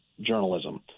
journalism